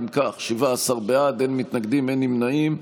אם כך, 17 בעד, אין מתנגדים, אין נמנעים.